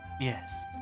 Yes